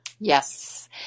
Yes